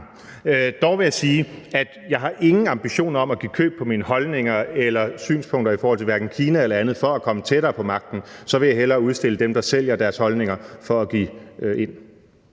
Dog vil jeg sige, at jeg ikke har nogen ambitioner om at give køb på mine holdninger eller synspunkter i forhold til hverken Kina eller andet for at komme tættere på magten; så vil jeg hellere udstille dem, der sælger deres holdninger. Kl.